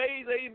amen